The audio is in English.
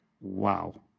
wow